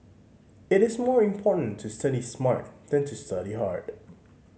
it is more important to study smart than to study hard